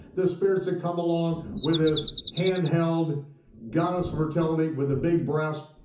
the spirits that come along with this handheld goddess of fertility with the big breasts,